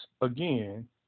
again